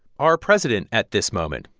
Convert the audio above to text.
our president at this moment,